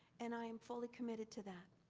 and i am fully committed to that.